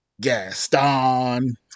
Gaston